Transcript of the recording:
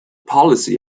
policy